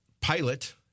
pilot